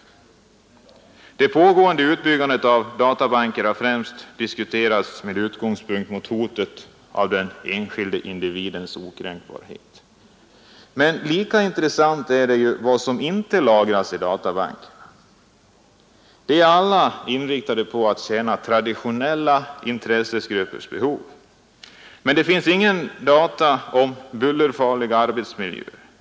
Det pågående utbyggandet av databanker har främst diskuterats med utgångspunkt i hotet mot den enskilde individens okränkbarhet. Men lika intressant är vad som inte lagras i databankerna. De är alla inriktade på att tjäna traditionella intressegruppers behov. Men det finns ingen data om bullerfarliga arbetsmiljöer.